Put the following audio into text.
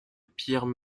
pierre